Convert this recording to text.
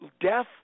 death